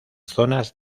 zonas